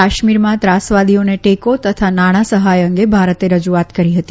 કાશ્મીરમાં ત્રાસવાદીઓને ટેકો તથા નાણાં સહાય અંગે ભારતે રજુઆત કરી હતી